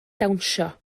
dawnsio